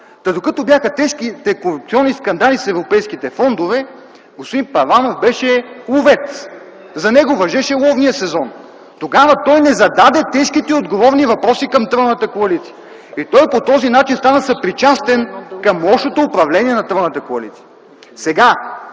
Та, докато бяха тежките корупционни скандали с европейските фондове, господин Първанов беше ловец. За него важеше ловният сезон. Тогава той не зададе тежките и отговорни въпроси към тройната коалиция и той по този начин стана съпричастен към лошото управление на тройната коалиция.